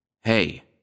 Hey